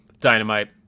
Dynamite